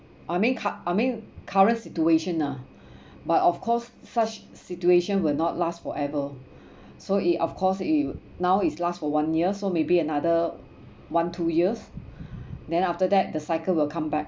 I mean cu~ I mean current situation lah but of course such situation will not last forever so it of course it now is last for one year so maybe another one two years then after that the cycle will come back